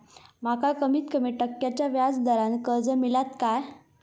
माका कमीत कमी टक्क्याच्या व्याज दरान कर्ज मेलात काय?